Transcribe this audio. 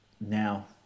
now